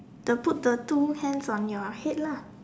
the put the two hands on your head lah